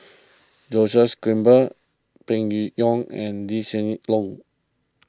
Joses Grimberg Peng Yuyun and Lee Hsien Loong